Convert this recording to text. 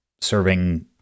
serving